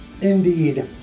Indeed